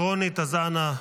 אנא,